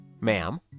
Ma'am